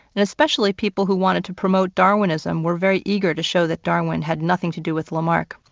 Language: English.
and especially people who wanted to promote darwinism were very eager to show that darwin had nothing to do with lamarck.